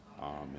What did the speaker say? Amen